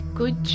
good